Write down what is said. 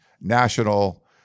national